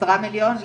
זה עשרה מיליון.